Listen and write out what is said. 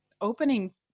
opening